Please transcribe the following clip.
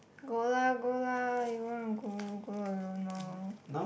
go lah go lah you want to go go alone lor